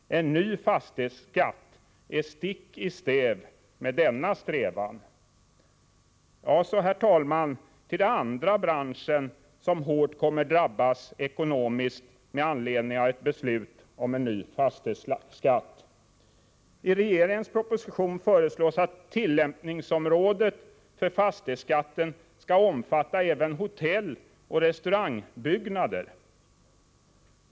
En ny fastighetsskatt går stick i stäv med denna strävan. Herr talman! Jag skall gå över till den andra bransch som kommer att drabbas hårt ekonomiskt med anledning av ett beslut om en ny fastighetsskatt. I regeringens proposition föreslås att tillämpningsområdet för fastighetsskatten skall omfatta även hotelloch restaurangbyggnader.